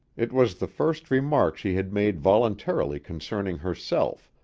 it was the first remark she had made voluntarily concerning herself,